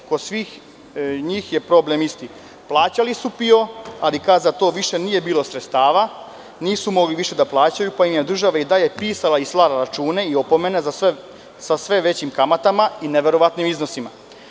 Kod svih njih je problem isti – plaćali su PIO, ali kad za to više nije bilo sredstava, nisu mogli više da plaćaju, pa im je država i dalje pisala i slala račune i opomene sa sve većim kamatama i neverovatnim iznosima.